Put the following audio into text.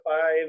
five